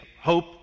hope